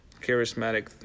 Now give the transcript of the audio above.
charismatic